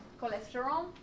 cholesterol